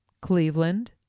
Cleveland